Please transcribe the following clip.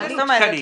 אין לנו תקנים.